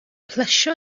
plesio